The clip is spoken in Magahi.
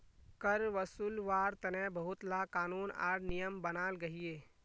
कर वासूल्वार तने बहुत ला क़ानून आर नियम बनाल गहिये